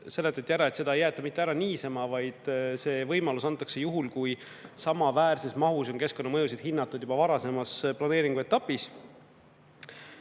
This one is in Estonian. seletati, et seda ei jäeta ära niisama, vaid see võimalus antakse juhul, kui samaväärses mahus on keskkonnamõjusid hinnatud juba varasemas planeeringuetapis.